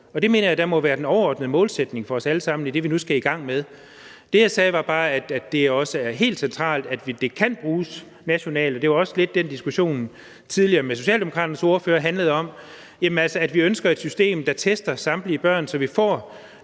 Og det mener jeg da må være den overordnede målsætning for os alle sammen i det, vi nu skal i gang med. Det, jeg sagde, var bare, at det også er helt centralt, at det kan bruges nationalt, og det var også lidt det, som den diskussion, der var tidligere med Socialdemokraternes ordfører, handlede om, nemlig at vi ønsker et system, der tester samtlige børn, så vi får